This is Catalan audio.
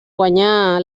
guanyà